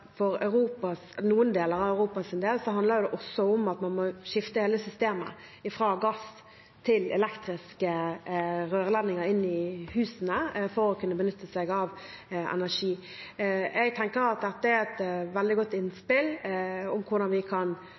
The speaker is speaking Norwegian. man må skifte hele systemer fra gass til elektriske rørledninger inn i husene for å kunne benytte seg av slik energi. Jeg tenker at dette er et veldig godt innspill om hvordan vi kan